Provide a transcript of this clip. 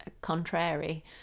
contrary